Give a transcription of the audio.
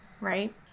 right